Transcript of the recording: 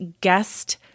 guest